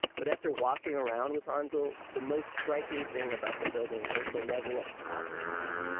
but after walking around with hansel, the most striking thing about the building was the level of thoughtfulness.